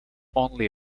only